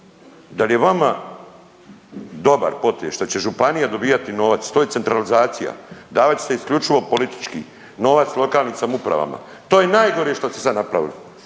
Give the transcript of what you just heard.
da li je vama dobar potez što će županija dobijati novac, to je centralizacija, davat će se isključivo politički novac lokalnim samoupravama, to je najgore što ste sad napravili.